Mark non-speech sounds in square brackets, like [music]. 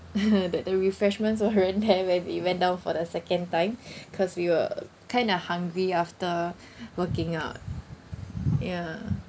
[laughs] that the refreshments weren't there when we went down for the second time [breath] cause we were kind of hungry after [breath] working out ya